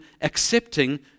accepting